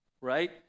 right